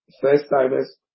first-timers